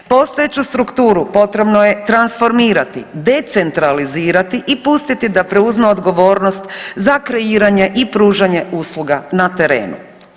Postojeću strukturu potrebno je transformirati, decentralizirati i pustiti da preuzme odgovornost za kreiranje i pružanje usluga na terenu.